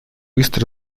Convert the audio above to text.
быстро